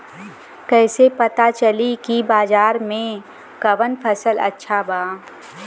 कैसे पता चली की बाजार में कवन फसल अच्छा बा?